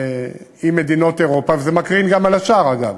עם מדינות אירופה, וזה מקרין גם על השאר, אגב,